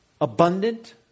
abundant